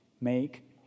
Make